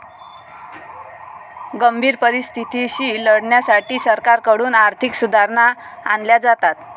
गंभीर परिस्थितीशी लढण्यासाठी सरकारकडून आर्थिक सुधारणा आणल्या जातात